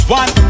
one